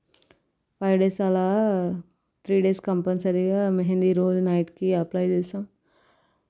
five days అలా three days కంపల్సరీగా మెహంది రోజు నైట్కి అప్లై చేశాం